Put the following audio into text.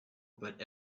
but